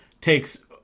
takes